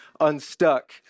unstuck